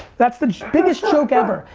that's the biggest joke ever.